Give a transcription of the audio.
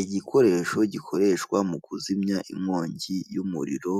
Igikoresho gikoreshwa mu kuzimya inkongi y'umuriro,